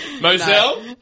Moselle